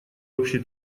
общей